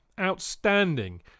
Outstanding